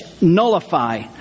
nullify